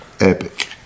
epic